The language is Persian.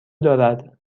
دارد